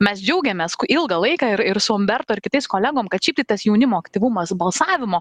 mes džiaugiamės ilgą laiką ir ir su umberto ir kitais kolegom kad šiaip tai tas jaunimo aktyvumas balsavimo